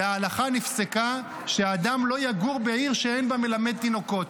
וההלכה נפסקה שאדם לא יגור בעיר שאין בה מלמד תינוקות,